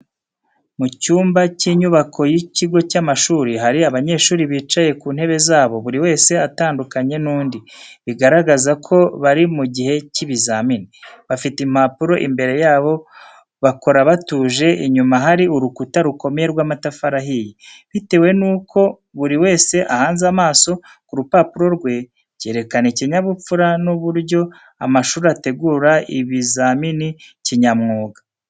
Mu cyumba cy’inyubako y’ikigo cy’amashuri, hari abanyeshuri bicaye ku ntebe zabo, buri wese atandukanye n’undi, bigaragaza ko bari mu gihe cy'ibizamini. Bafite impapuro imbere yabo, bakora batuje, inyuma hari urukuta rukomeye rw'amatafari ahiye. Bitewe n'uko buri wese ahanze amaso ku rupapuro rwe, byerekana ikinyabupfura n’uburyo amashuri ategura ibizamini kinyamwuga.